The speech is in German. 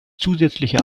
zusätzliche